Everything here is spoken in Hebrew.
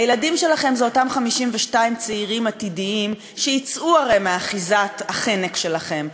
הילדים שלכם הם אותם 52 צעירים עתידיים שיצאו הרי מאחיזת החנק שלכם.